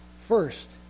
first